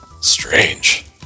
Strange